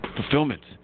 Fulfillment